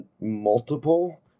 multiple